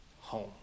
home